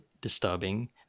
disturbing